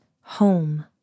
home